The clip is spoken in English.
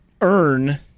earn